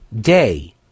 day